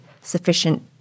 sufficient